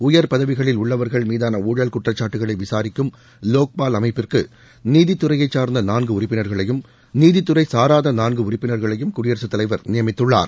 உயர் பதவிகளில் உள்ளவர்கள் மீதான ஊழல் குற்றக்காட்டுகளை விசாரிக்கும் வோக்பால் அமைப்பிற்கு நீதித்துறையைச் சார்ந்த நான்கு உறுப்பினர்களையும் நீதித்துறை சாராத நான்கு உறுப்பினர்களையும் குடியரக தலைவர் நியமித்துள்ளார்